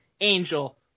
Angel